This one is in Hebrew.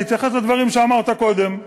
להתייחס לדברים שאמרת קודם,